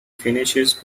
finishes